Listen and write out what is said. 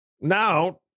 Now